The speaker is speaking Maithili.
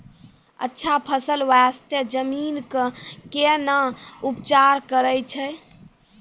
अच्छा फसल बास्ते जमीन कऽ कै ना उपचार करैय छै